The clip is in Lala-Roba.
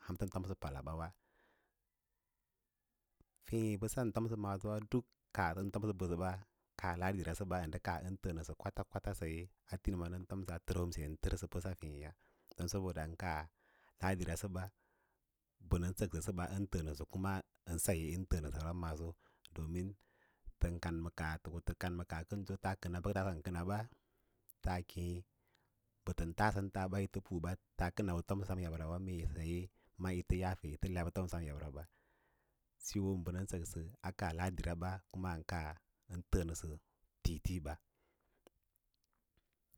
Ham təm tomsə palabawa feẽ bəsan tomsə maaso wa duk kaa ɓən tomsə mbəsə bawa kaa laɗíra səba ən təənə siyo kwakwats saye a təro nən tərsə ngau tərsə bəsa fěěya don saboda kaa latira səba mbə nən səksə səba ən ləə nə sə kuma saye yín təə nəsəya maaso don tən kan ma kaah tə kama kaah kənso taa kəna bə kəto kənaba taa kěě bəbə tən taa sən taa u kə taa kənawa’ ton yabra saye ma yi tə yafe a lau tə fomsə sem yabrawa siyo bə nən səksə a kaa latira ba, kaa ən təə nəsə tii tiiɓa.